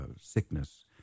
sickness